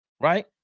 right